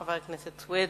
חבר הכנסת סוייד,